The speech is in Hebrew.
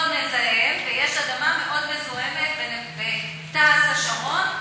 מזהם ויש אדמה מאוד מזוהמת בתע"ש השרון,